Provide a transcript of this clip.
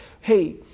hey